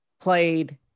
played